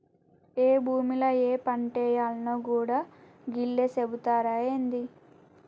ఏ భూమిల ఏ పంటేయాల్నో గూడా గీళ్లే సెబుతరా ఏంది?